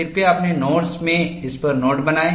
कृपया अपने नोट्स में इस पर नोट बनाएं